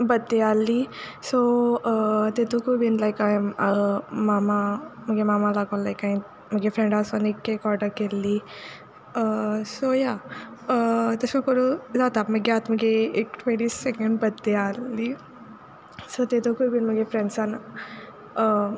birthday आहली सो तितुंकूय बी लायक हांयें मामा मुगे मामा लागोन लायक हांयें मुगे फ्रेंडासोन एक कॅक ऑर्डर केल्ली सो या तशें करून जाता मुगे एक ट्वेंटी सेकेंड बड्डे आहली सो तितुंकूय बीन मुगे फ्रेंड्सान